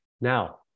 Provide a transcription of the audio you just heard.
Now